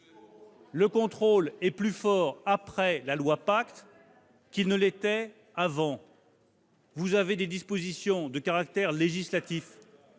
Le contrôle sera plus fort après la loi PACTE qu'il ne l'était avant ; les dispositions de caractère législatif